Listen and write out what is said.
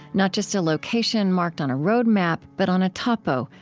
not just a location marked on a road map, but on a topo,